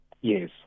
Yes